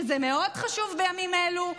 שזה מאוד חשוב בימים אלו.